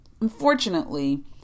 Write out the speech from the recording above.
Unfortunately